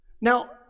Now